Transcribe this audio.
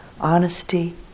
honesty